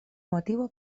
motivo